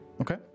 Okay